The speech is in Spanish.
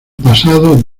pasado